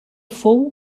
fou